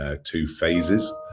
ah two phases.